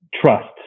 trust